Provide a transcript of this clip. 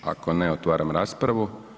Ako ne, otvaram raspravu.